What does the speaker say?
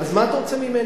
אז מה אתה רוצה ממני?